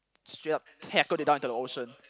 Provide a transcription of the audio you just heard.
straight up tackle it down into the ocean